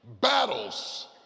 Battles